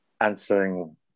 answering